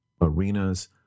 arenas